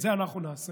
את זה אנחנו נעשה